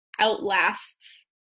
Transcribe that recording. outlasts